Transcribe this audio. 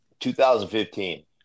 2015